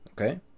okay